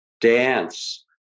dance